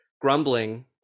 grumbling